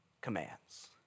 commands